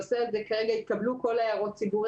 כרגע התקבלו הערות הציבור,